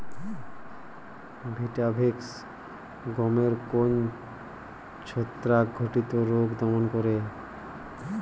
Vitavax গমের কোন ছত্রাক ঘটিত রোগ দমন করে?